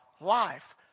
life